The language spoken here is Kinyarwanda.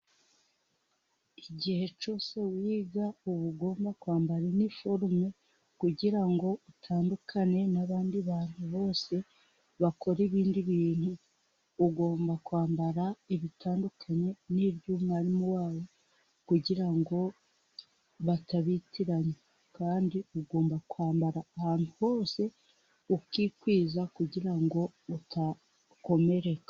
Igihe cyose wiga uba ugomba kwambara iniforume, kugira ngo utandukane n'abandi bantu bose bakora ibindi bintu, ugomba kwambara bitandukanye n'iby'umwarimu wabo kugira ngo batabitiranya, kandi ugomba kwambara ahantu hose ukikwiza kugira ngo udakomereka.